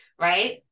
right